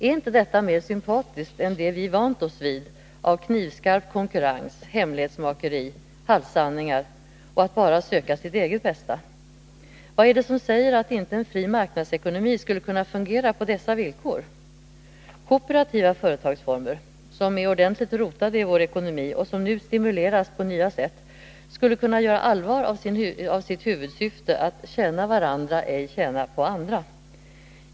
Är inte detta mer sympatiskt än det vi vant oss vid av knivskarp konkurrens, hemlighetsmakeri, halvsanningar och att bara söka sitt eget bästa? Vad är det som säger att en fri marknadsekonomi inte skulle kunna fungera på dessa villkor? Kooperativa företagsformer, som är ordentligt rotade i vår ekonomi och som nu stimuleras på nya sätt, skulle kunna göra allvar av sitt huvudsyfte att tjäna varandra, ej tjäna på andra.